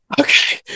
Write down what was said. okay